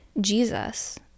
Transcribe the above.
Jesus